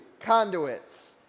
conduits